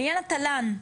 לעניין התל"ן.